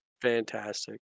Fantastic